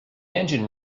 engine